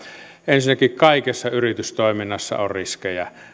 ensinnäkin kaikessa yritystoiminnassa on riskejä